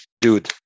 dude